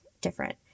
different